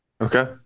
Okay